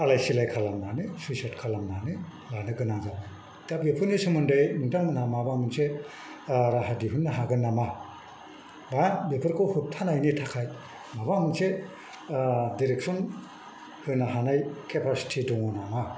आलाय सिलाय खालामनानै सुइसाइद खालामनानै लानो गोनां जाबाय दा बेफोरनि सोमोन्दै नोंथांमोनहा माबा मोनसे राहा दिहुननो हागोन नामा बा बेफोरखौ होब्थानायनि थाखाय माबा मोनसे दिरेक्सन होनो हानाय केपासिटि दङ नामा